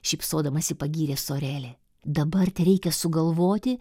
šypsodamasi pagyrė sorelė dabar tereikia sugalvoti